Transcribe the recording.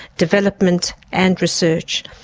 development and research.